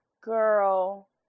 girl